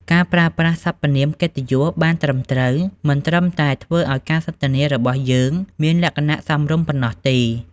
ការប្រើប្រាស់សព្វនាមកិត្តិយសបានត្រឹមត្រូវ មិនត្រឹមតែធ្វើឱ្យការសន្ទនារបស់យើងមានលក្ខណៈសមរម្យប៉ុណ្ណោះទេ។